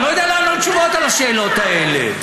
אני לא יודע לתת תשובות על השאלות האלה.